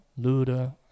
Luda